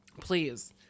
please